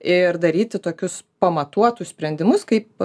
ir daryti tokius pamatuotus sprendimus kaip